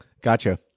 Gotcha